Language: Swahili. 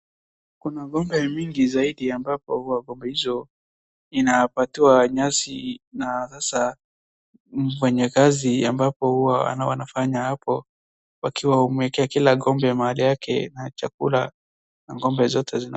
Kuna ngombe wengi zaidi ambapo huwa ng'ombe hao wanapewa nyasi na mfanyakazi ambapo huwa anafanya hapo wakimwekea kila gombe ya mada yake na chakula na ngombe zote zina..